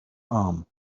arm